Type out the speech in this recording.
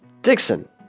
Dixon